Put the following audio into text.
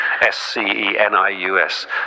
S-C-E-N-I-U-S